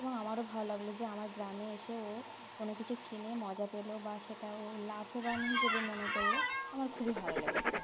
এবং আমারও ভালো লাগলো যে আমার গ্রামে এসে ও কোনো কিছু কিনে মজা পেলো বা সেটা ও লাভবান হিসেবে মনে করলো আমার খুবই ভালো লেগেছে